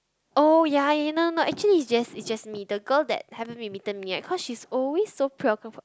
oh ya no no no actually it's just it's just me the girl that haven't been meeting me yet cause she's always so preoccupied